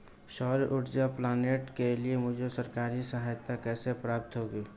सौर ऊर्जा प्लांट के लिए मुझे सरकारी सहायता कैसे प्राप्त होगी?